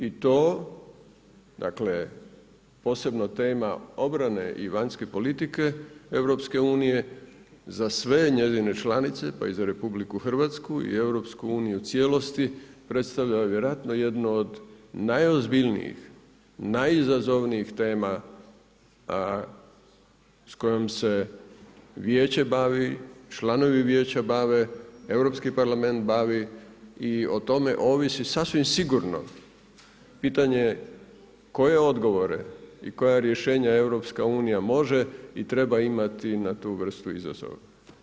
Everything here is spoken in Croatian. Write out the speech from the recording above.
I to dakle, posebno tema obrane i vanjske politike EU za sve njezine članice pa i za RH i EU u cijelosti predstavlja vjerojatno jedno od najozbiljnijih, najizazovnijih tema s kojom se vijeće bavi, članovi vijeća bave, Europski parlament bavi i o tome ovisi sasvim sigurno pitanje koje odgovore i koja rješenja EU može i treba imati na tu vrstu izazova.